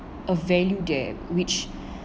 a value that which